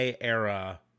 era